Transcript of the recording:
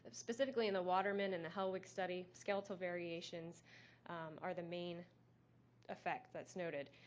specifically in the waterman and the hellwig study, skeletal variations are the main effect that's noted.